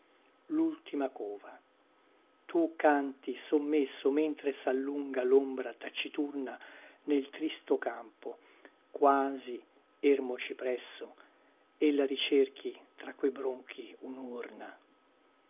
lultima cova tu canti sommesso mentre sallunga lombra taciturna nel tristo campo quasi ermo cipresso ella ricerchi tra que bronchi unurna